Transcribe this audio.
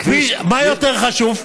מה יותר חשוב?